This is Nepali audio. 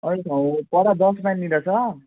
अरू ठाउँ पर दस माइलनिर छ